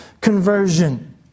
conversion